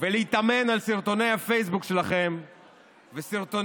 ולהתאמן על סרטוני הפייסבוק שלכם וסרטוני